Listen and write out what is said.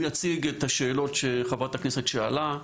הוא יציג את השאלות שחברת הכנסת שאלה,